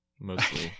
mostly